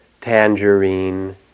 tangerine